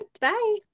Bye